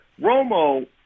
Romo